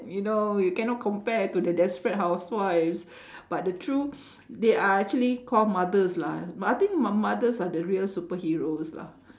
you know you cannot compare to the desperate housewives but the true they are actually called mothers lah but I think m~ mothers they are the true superheroes lah